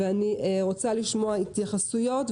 ואני רוצה לשמוע התייחסויות,